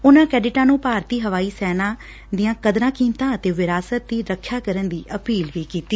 ਉਨਾਂ ਕੈਡਿਟਾਂ ਨੂੰ ਭਾਰਤੀ ਹਵਾਈ ਸੈਨਾ ਦੀਆਂ ਕਦਰਾਂ ਕੀਮਤਾਂ ਅਤੇ ਵਿਰਾਸਤ ਦੀ ਰਖਿਆ ਕਰਨ ਦੀ ਅਪੀਲ ਕੀਤੀ